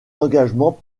engagements